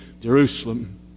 Jerusalem